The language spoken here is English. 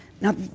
Now